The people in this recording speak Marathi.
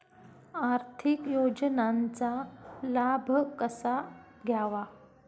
आर्थिक योजनांचा लाभ कसा घ्यावा?